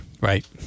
right